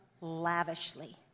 lavishly